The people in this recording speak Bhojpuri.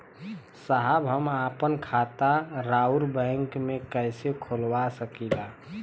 साहब हम आपन खाता राउर बैंक में कैसे खोलवा सकीला?